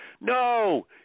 no